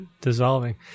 dissolving